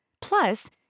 Plus